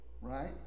right